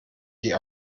die